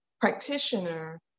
practitioner